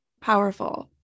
powerful